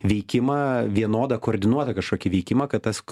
veikimą vienodą koordinuotą kažkokį veikimą kad tas ku